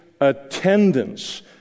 attendance